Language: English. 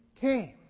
came